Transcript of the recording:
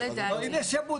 אני אבדוק.